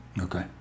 okay